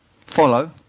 follow